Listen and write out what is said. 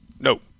No